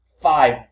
five